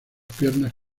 piernas